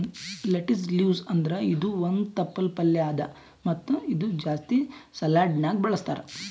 lettuce leaves ಅಂದುರ್ ಇದು ಒಂದ್ ತಪ್ಪಲ್ ಪಲ್ಯಾ ಅದಾ ಮತ್ತ ಇದು ಜಾಸ್ತಿ ಸಲಾಡ್ನ್ಯಾಗ ಬಳಸ್ತಾರ್